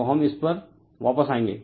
तो हम इस पर वापस आएंगे